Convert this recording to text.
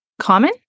common